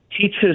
teaches